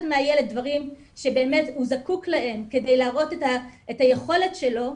מהילד דברים שבאמת הוא זקוק להם כדי להראות את היכולת שלו,